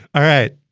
all right.